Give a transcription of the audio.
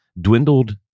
dwindled